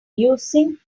using